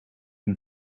een